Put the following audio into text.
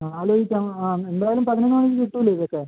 ആ ആലോചിക്കാം ആ എന്തായാലും പതിനൊന്ന് മണിക്ക് കിട്ടില്ലേ ഇതൊക്കെ